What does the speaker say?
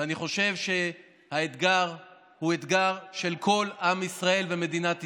אני חושב שהאתגר הוא אתגר של כל עם ישראל ומדינת ישראל,